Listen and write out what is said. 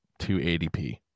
280p